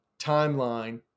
timeline